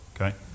okay